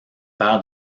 père